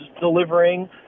delivering